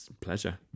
pleasure